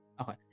Okay